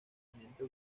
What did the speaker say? continente